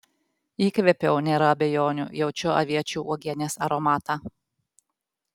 įkvėpiau nėra abejonių jaučiu aviečių uogienės aromatą